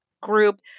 group